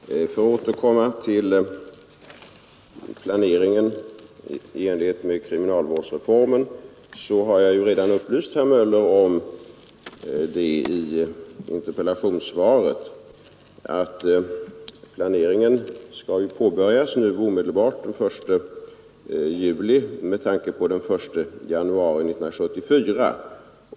Herr talman! För att återkomma till planeringen i enlighet med kriminalvårdsreformen har jag redan i interpellationssvaret upplyst herr Möller om att planeringen skall påbörjas nu omedelbart den 1 juli med sikte på den 1 januari 1974.